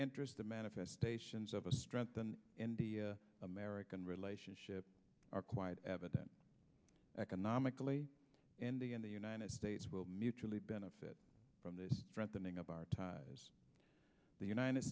interest the manifestations of a strengthen and the american relationship are quite evident economically and in the united states will mutually benefit from this strengthening of our time as the united